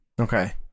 Okay